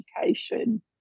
education